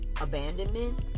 abandonment